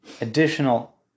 additional